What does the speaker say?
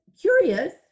curious